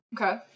Okay